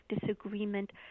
disagreement